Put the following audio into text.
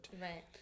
Right